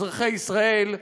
אזרחי ישראל,